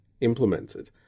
implemented